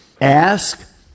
Ask